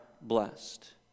blessed